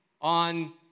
on